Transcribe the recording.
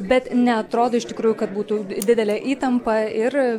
bet neatrodo iš tikrųjų kad būtų didelė įtampa ir